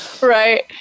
Right